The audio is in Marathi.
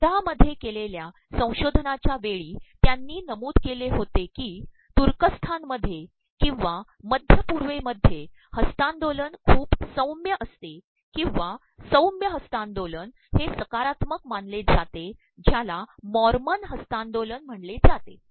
युिाह मध्ये के लेल्या संशोधनाच्या वेळी त्यांनी नमूद केले होते की तुकयस्त्र्ानमध्ये ककंवा मध्य पूवेमध्ये हस्त्तांदोलन खपू सौम्य असतेककंवा सौम्य हस्त्तांदोलन हे तुलनेत सकारात्मक मानले जाते ज्याला 'मॉमयन हस्त्तांदोलन' म्हणले जाते